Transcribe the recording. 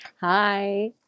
Hi